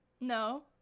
No